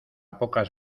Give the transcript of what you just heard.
pocas